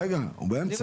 רגע, הוא באמצע.